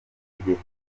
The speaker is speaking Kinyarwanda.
itegeko